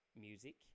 music